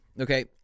okay